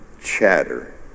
Chatter